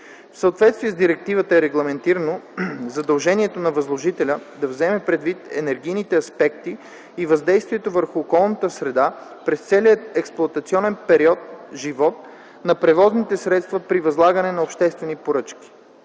съответствие с директивата е регламентирано задължението на възложителя да вземе предвид енергийните аспекти и въздействието върху околната среда през целия експлоатационен живот на превозните средства при възлагане на обществени поръчки.